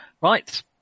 Right